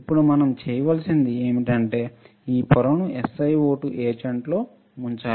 ఇప్పుడు మనం చేయవలసింది ఏమిటంటే ఈ పొరను SiO2 ఎచాంట్లో ముంచాలి